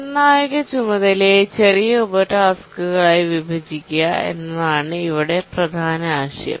നിർണായക ചുമതലയെ ചെറിയ ഉപ ടാസ്കുകളായി വിഭജിക്കുക എന്നതാണ് ഇവിടെ പ്രധാന ആശയം